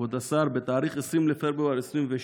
כבוד השר, בתאריך 20 בפברואר 2022